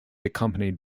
accompanied